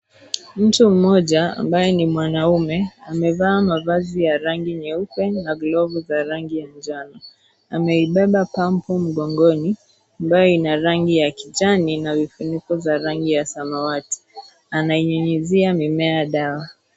Mtu mmoja ambaye ni mwanaume, amevaa mavazi ya rangi nyeupe na glove za rangi ya njano. Ameibeba pampu mgongoni amabyo ina rangi ya kijani na vifuniko za rangi ya samawati. Anainyuyuzia mimea dawa.